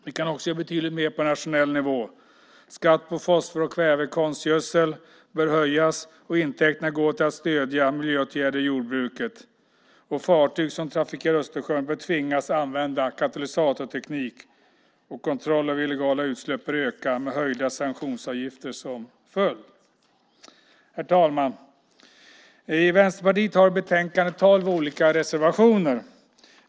Vi kan också göra betydligt mer på nationell nivå. Skatten på fosfor och kväve i konstgödsel bör höjas och intäkterna ska gå till att stödja miljöåtgärder i jordbruket. Fartyg som trafikerar Östersjön bör tvingas att använda katalysatorteknik och kontrollen av illegala utsläpp bör öka med höjda sanktionsavgifter som påföljd. Herr talman! Vänsterpartiet har i betänkandet tolv olika reservationer.